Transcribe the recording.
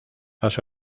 las